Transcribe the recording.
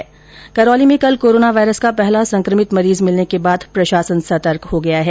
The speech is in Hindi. इधर करौली में कल कोरोना वायरस का पहला संक्रमित मरीज मिलने के बाद प्रशासन और सतर्क हो गया है